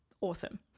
awesome